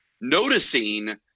noticing